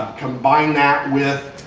combine that with.